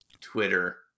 Twitter